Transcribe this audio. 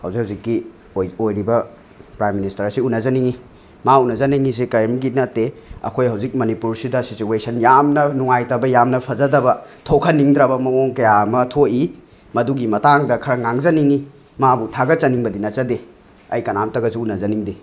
ꯈꯧꯖꯤꯛ ꯈꯧꯖꯤꯛꯀꯤ ꯑꯣꯏ ꯑꯣꯏꯔꯤꯕ ꯄ꯭ꯔꯥꯏꯝ ꯃꯤꯅꯤꯁꯇꯔꯁꯤ ꯎꯅꯖꯅꯤꯡꯉꯤ ꯃꯥ ꯎꯅꯖꯅꯤꯡꯉꯤꯖꯦ ꯀꯔꯤꯝꯒꯤ ꯅꯠꯇꯦ ꯑꯩꯈꯣꯏ ꯍꯧꯖꯤꯛ ꯃꯅꯤꯄꯨꯔꯁꯤꯗ ꯁꯤꯆꯨꯋꯦꯁꯟ ꯌꯥꯝꯅ ꯅꯨꯡꯉꯥꯏꯇꯕ ꯌꯥꯝꯅ ꯐꯖꯗꯕ ꯊꯣꯛꯍꯟꯅꯤꯡꯗ꯭ꯔꯕ ꯃꯑꯣꯡ ꯀꯌꯥ ꯑꯃ ꯊꯣꯛꯏ ꯃꯗꯨꯒꯤ ꯃꯇꯥꯡꯗ ꯈꯔ ꯉꯥꯡꯖꯅꯤꯡꯏ ꯃꯥꯕꯨ ꯊꯒꯠꯆꯅꯤꯡꯕꯗꯤ ꯅꯠꯆꯗꯦ ꯑꯩ ꯀꯅꯥꯝꯇꯒꯁꯨ ꯎꯅꯖꯅꯤꯡꯗꯦ